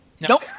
Nope